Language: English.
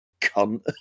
cunt